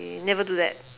okay never do that